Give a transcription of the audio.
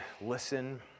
listen